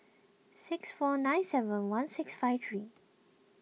six four nine seven one six five three